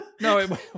No